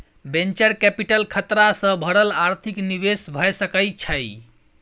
venture capital खतरा सँ भरल आर्थिक निवेश भए सकइ छइ